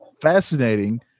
fascinating